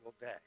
day